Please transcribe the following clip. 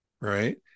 right